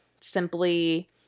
simply